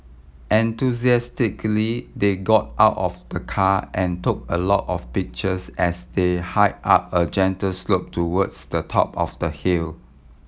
enthusiastically they got out of the car and took a lot of pictures as they hike up a gentle slope towards the top of the hill